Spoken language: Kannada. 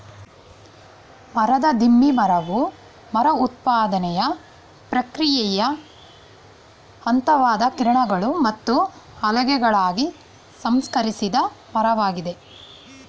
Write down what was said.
ಮರದ ದಿಮ್ಮಿ ಮರವು ಮರ ಉತ್ಪಾದನೆಯ ಪ್ರಕ್ರಿಯೆಯ ಹಂತವಾದ ಕಿರಣಗಳು ಮತ್ತು ಹಲಗೆಗಳಾಗಿ ಸಂಸ್ಕರಿಸಿದ ಮರವಾಗಿದೆ